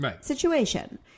situation